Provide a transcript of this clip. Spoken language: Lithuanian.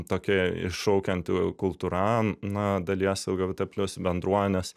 tokia iššaukianti kultūra na dalies lgbt plius bendruomenės